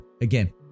again